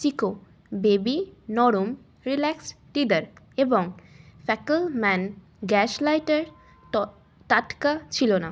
Chicco baby নরম relax teether এবং Fackelmann gas lighter টাটকা ছিলো না